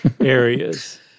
areas